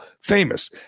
famous